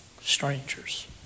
Strangers